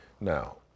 Now